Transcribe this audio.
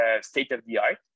state-of-the-art